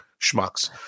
schmucks